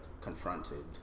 confronted